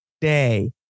day